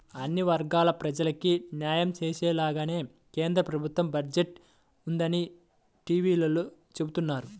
అన్ని వర్గాల ప్రజలకీ న్యాయం చేసేలాగానే కేంద్ర ప్రభుత్వ బడ్జెట్ ఉందని టీవీలో చెబుతున్నారు